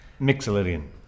Mixolydian